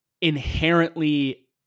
inherently